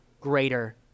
greater